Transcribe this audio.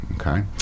Okay